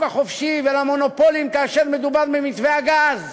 החופשי ולמונופולים כאשר מדובר במתווה הגז?